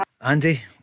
Andy